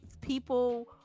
people